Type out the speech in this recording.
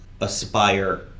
aspire